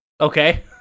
Okay